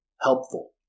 helpful